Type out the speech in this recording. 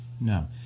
No